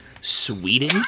Sweden